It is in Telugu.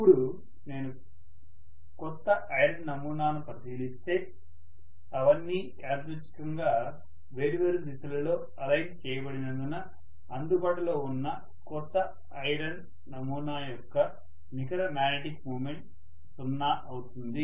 ఇప్పుడు నేను క్రొత్త ఐరన్ నమూనాను పరిశీలిస్తే అవన్నీ యాదృచ్చికంగా వేర్వేరు దిశలలో అలైన్ చేయబడినందున అందుబాటులో ఉన్న క్రొత్త ఐరన్ నమూనా యొక్క నికర మ్యాగ్నెటిక్ మూమెంట్ 0 అవుతుంది